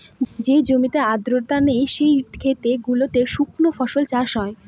যে জমিতে আর্দ্রতা নেই, সেই ক্ষেত গুলোতে শুস্ক ফসল চাষ হয়